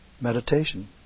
meditation